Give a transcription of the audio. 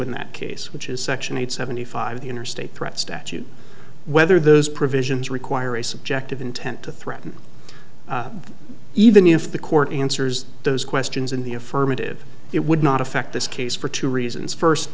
in that case which is section eight seventy five of the interstate threat statute whether those provisions require a subjective intent to threaten even if the court answers those questions in the affirmative it would not affect this case for two reasons first